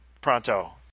pronto